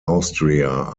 austria